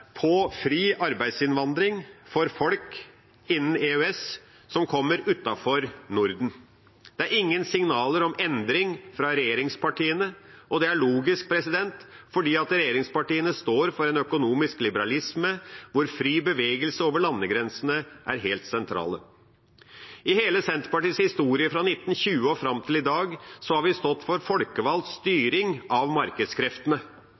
på fri arbeidsinnvandring for folk innenfor EØS som kommer utenfra Norden. Det er ingen signaler om endring fra regjeringspartiene, og det er logisk, fordi regjeringspartiene står for en økonomisk liberalisme hvor fri bevegelse over landegrensene er helt sentralt. I hele Senterpartiets historie, fra 1920 og fram til i dag, har vi stått for folkevalgt styring av markedskreftene